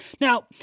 Now